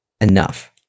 enough